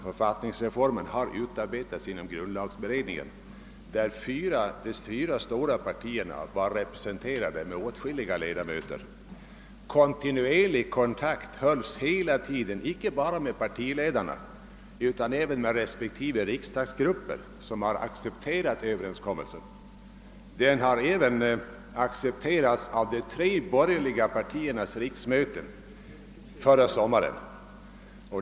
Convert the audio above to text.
Författningsreformen har utarbetats inom grundlagberedningen, där de fyra stora partierna var representerade med åtskilliga ledamöter. Kontinuerlig kontakt hölls hela tiden icke bara med partiledarna utan även med respektive riksdagsgrupper, som har accepterat överenskommelsen. Den har även accepterats av de tre borgerliga partiernas riksmöten förra sommaren.